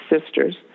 sisters